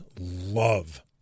love